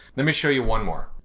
let me show you one more.